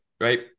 right